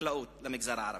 חקלאות למגזר הערבי.